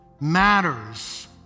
matters